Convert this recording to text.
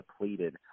depleted